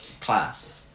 class